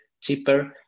cheaper